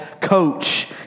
Coach